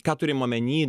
ką turim omeny